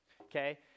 okay